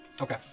Okay